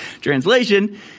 translation